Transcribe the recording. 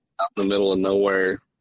out-in-the-middle-of-nowhere